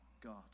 God